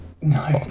No